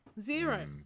Zero